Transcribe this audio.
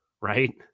right